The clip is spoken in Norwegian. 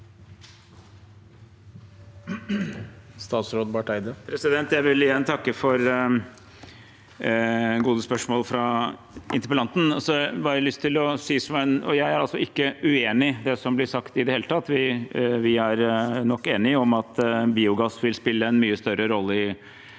Statsråd Espen Barth Eide Jeg vil igjen takke for gode spørsmål fra interpellanten. Jeg er ikke uenig i det som blir sagt, ikke i det hele tatt. Vi er nok enige om at biogass vil spille en mye større rolle i